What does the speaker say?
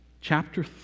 chapter